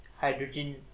hydrogen